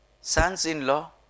Sons-in-law